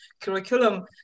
curriculum